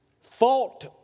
fought